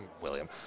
William